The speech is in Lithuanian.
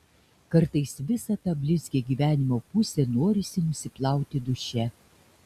kartais visą tą blizgią gyvenimo pusę norisi nusiplauti duše